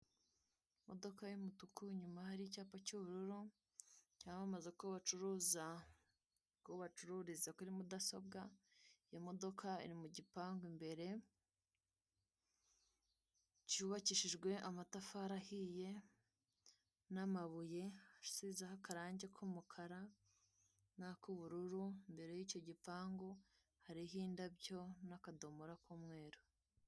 Imodoka y'umutuku inyuma hari icyapa cy'ubururu cyamamaza ko bacuruza, bacururiza kuri mudasobwa, iyo modoka iri mu gipangu imbere, cyubakishijwe amatafari ahiye n'amabuye asize ho akarangi k'umukara n'ak'ubururu mbere y'icyo gipangu hariho indabyo n'akadomora k'umweru.